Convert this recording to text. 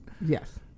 Yes